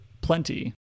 plenty